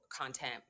content